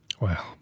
Wow